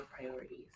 priorities